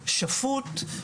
שפוט,